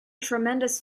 tremendous